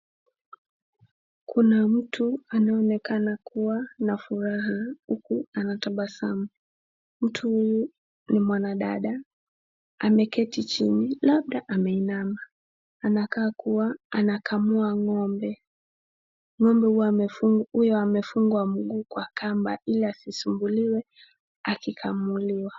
Kuna mtu anaonekana kuwa anafuraha huku anatabasamu. Mtu huyu ni mwanadada, ameketi chini labda ameinama, anakaa kuwa anakamua ng'ombe. Ng'ombe huyu amefungwa mguu kwa kamba ili hasisumbuwe akikamuliwa.